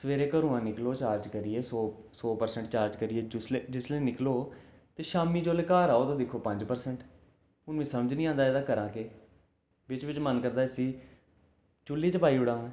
सवेरै घरै दा निकलो चार्ज करियै सौ परसैंट करियै जिसलै निकलो ते शामीं जेल्लै घर आओ तां दिक्खो पंज परसैंट मी समझ निं औंदा एह्दा करां केह् बिच बिच मन करदा इसी चुल्ली च पाई ओड़ां